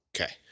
Okay